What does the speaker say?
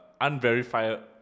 Unverified